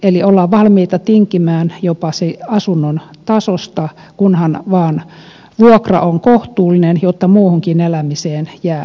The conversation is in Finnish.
eli ollaan valmiita tinkimään jopa asunnon tasosta kunhan vain vuokra on kohtuullinen jotta muuhunkin elämiseen jää rahaa